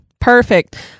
Perfect